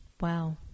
Wow